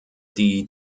die